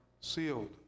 sealed